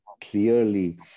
clearly